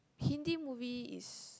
Hindi movie is